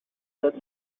that